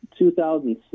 2006